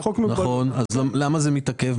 למה זה מתעכב?